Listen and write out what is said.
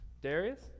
Darius